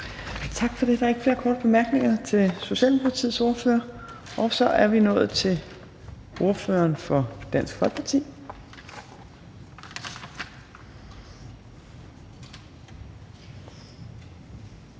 Tak for det. Der er ikke flere korte bemærkninger til Socialdemokratiets ordfører. Så er vi nået til ordføreren for Dansk Folkeparti.